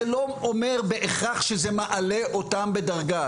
זה לא אומר שזה מעלה אותם בדרגה.